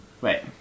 Wait